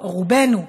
רובנו,